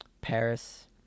paris